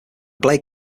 blade